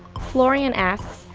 florian asks,